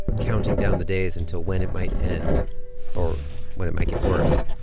counting down the days until when it might end or when it might get worse.